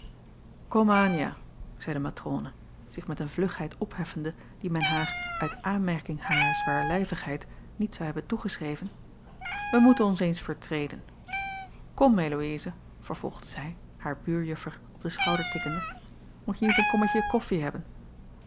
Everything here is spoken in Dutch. ja zeî de matrone zich met een vlugheid opheffende die men haar uit aanmerking harer zwaarlijvigheid niet zou hebben toegeschreven wij moeten ons acob van ennep laasje evenster delen eens vertreden om eloïze vervolgde zij haar buurjuffer op den schouder tikkende moetje niet een kommetje koffie hebben